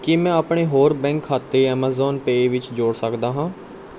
ਕੀ ਮੈਂ ਆਪਣੇ ਹੋਰ ਬੈਂਕ ਖਾਤੇ ਐਮਾਜ਼ਾਨ ਪੇ ਵਿੱਚ ਜੋੜ ਸਕਦਾ ਹਾਂ